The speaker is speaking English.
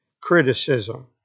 criticism